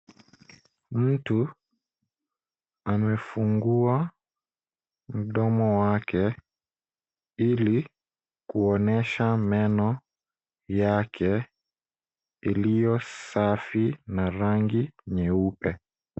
Mtu amefungua mdomo wake ili kuonyesha meno yake iliyo safi na rangi nyeupe.